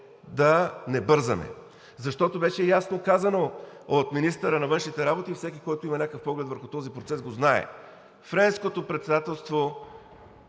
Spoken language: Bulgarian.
да не бързаме, защото беше казано ясно от министъра на външните работи и всеки, който има някакъв поглед върху този процес, го знае: Френското председателство